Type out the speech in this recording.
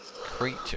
creature